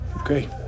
okay